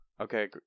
Okay